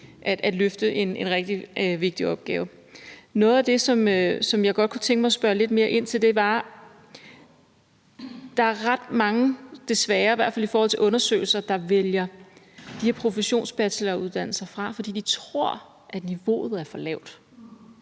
at løfte en rigtig vigtig opgave. Noget af det, som jeg godt kunne tænke mig at spørge lidt mere ind til, handler om, at der desværre er ret mange, i hvert fald i forhold til undersøgelserne, der vælger de her professionsbacheloruddannelser fra, fordi de tror, at niveauet er for lavt.